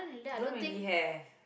don't really have